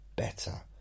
better